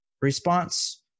response